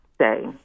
say